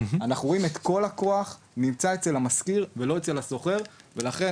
אנחנו רואים את כל הכוח נמצא אצל המשכיר ולא אצל השוכר ולכן,